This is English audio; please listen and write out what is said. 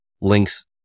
links